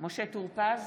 משה טור פז,